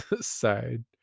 side